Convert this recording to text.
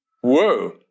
Whoa